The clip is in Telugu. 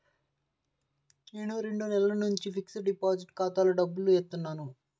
నేను రెండు నెలల నుంచి ఫిక్స్డ్ డిపాజిట్ ఖాతాలో డబ్బులు ఏత్తన్నాను